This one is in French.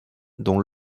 dont